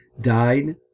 died